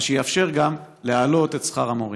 מה שיאפשר גם להעלות את שכר המורים.